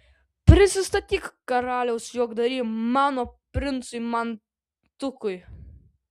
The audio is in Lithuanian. prisistatyk karaliaus juokdary mano princui mantukui